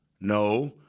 no